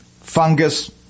fungus